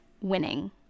winning